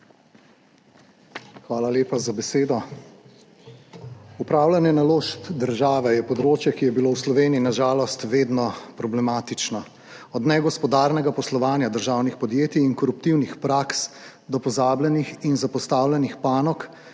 Hvala lepa za besedo. Upravljanje naložb države je področje, ki je bilo v Sloveniji na žalost vedno problematično, od negospodarnega poslovanja državnih podjetij in koruptivnih praks do pozabljenih in zapostavljenih panog